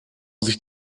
sich